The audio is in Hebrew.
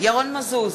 ירון מזוז,